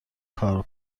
کار